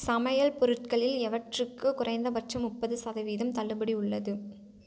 சமையல் பொருட்களில் எவற்றுக்கு குறைந்தபட்சம் முப்பது சதவீதம் தள்ளுபடி உள்ளது